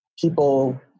people